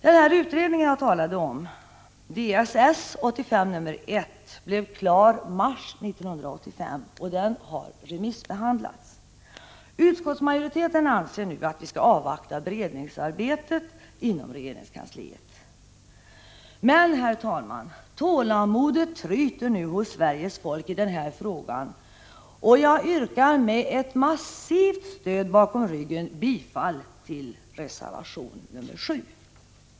Socialavgiftsutredningens betänkande blev klart i mars 1985 och har remissbehandlats. Utskottsmajoriteten anser att vi skall avvakta beredningsarbetet inom regeringskansliet. Herr talman! Tålamodet tryter hos Sveriges folk i denna fråga, och jag yrkar, med ett massivt stöd bakom ryggen, bifall till reservation nr 7.